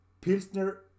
Pilsner